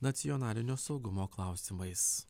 nacionalinio saugumo klausimais